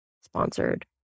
sponsored